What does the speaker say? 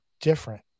different